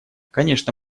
конечно